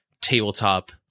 tabletop